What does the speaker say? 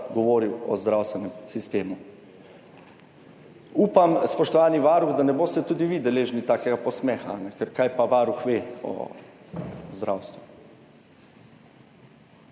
govoril o zdravstvenem sistemu. Upam, spoštovani varuh, da ne boste tudi vi deležni takega posmeha, ker kaj pa varuh ve o zdravstvu.